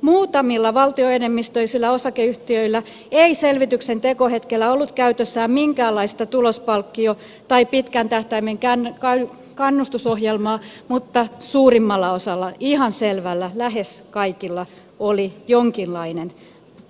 muutamilla valtioenemmistöisillä osakeyhtiöillä ei selvityksen tekohetkellä ollut käytössään minkäänlaista tulospalkkio tai pitkän tähtäimen kannustusohjelmaa mutta ihan selvästi suurimmalla osalla lähes kaikilla oli jonkinlainen